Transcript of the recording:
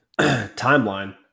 timeline